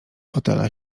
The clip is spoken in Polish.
fotela